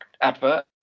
advert